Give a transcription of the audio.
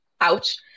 ouch